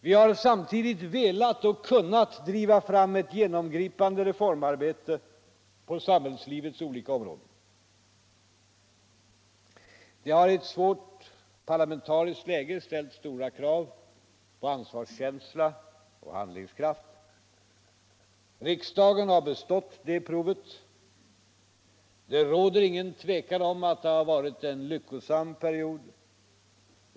Vi har samtidigt velat och kunnat driva fram ett genomgripande reformarbete på samhällslivets olika områden. Det har i ett svårt parlamentariskt läge ställt stora krav på ansvarskänsla och handlingskraft. Riksdagen har bestått det provet. Det råder inget tvivel om att det har varit en lyckosam period.